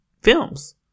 films